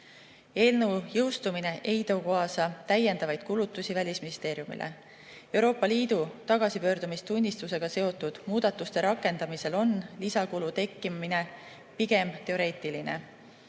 Eelnõu jõustumine ei too kaasa täiendavaid kulutusi Välisministeeriumile. Euroopa Liidu tagasipöördumistunnistusega seotud muudatuste rakendamisel on lisakulu tekkimine pigem teoreetiline.